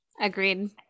Agreed